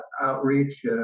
outreach